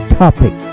topic